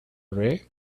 ray